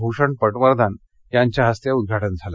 भूषण पटवर्धन यांच्या हस्ते उदघाटन झालं